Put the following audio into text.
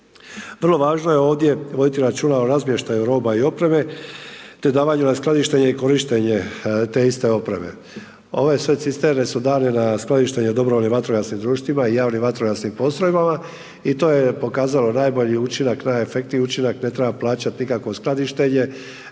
Vrlo važno je ovdje voditi računa o razmještaju roba i opreme te davanju na skladištenje i korištenje te iste opreme. Ove sve cisterne su dali na skladištenje dobrovoljnim vatrogasnim društvima i javnim vatrogasnim postrojbama i to je pokazalo najbolji učinak najbolji učinak, najefektniji učinak, ne treba plaćati nikakvo skladištenje